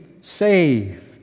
saved